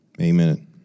Amen